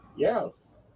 Yes